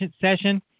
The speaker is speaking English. session